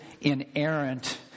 inerrant